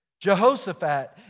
Jehoshaphat